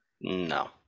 no